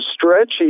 stretchy